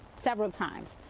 several times.